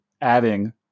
adding